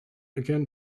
again